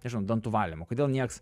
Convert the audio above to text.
nežinau dantų valymu kodėl nieks